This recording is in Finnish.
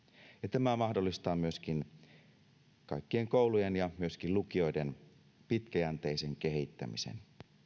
tämä mahdollistaa myöskin kaikkien koulujen ja myöskin lukioiden pitkäjänteisen kehittämisen